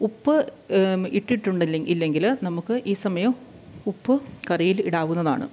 ഉപ്പ് ഇട്ടിട്ടുണ്ടെങ്കിൽ ഇല്ലെങ്കിൽ നമുക്ക് ഈ സമയം ഉപ്പ് കറിയിൽ ഇടാവുന്നതാണ്